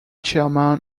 chairman